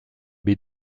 baie